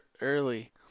early